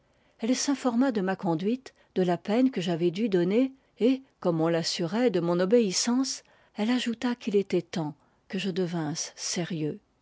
elle s'informa de ma conduite de la peine que j'avais dû donner et comme on l'assurait de mon obéissance elle ajouta qu'il était temps que je devinsse sérieux